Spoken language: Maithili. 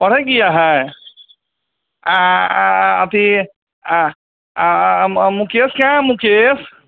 पढ़ै गिया हय अथी आ मुकेश कहाँ है मुकेश